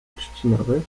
trzcinowy